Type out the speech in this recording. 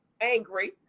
angry